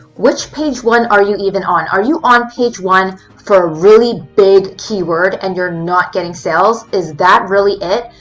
which page one are you even on? are you on page one for a really big keyword and you're not getting sales? is that really it?